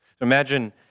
Imagine